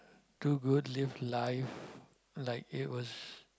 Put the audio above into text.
do good live life like it was